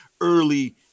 early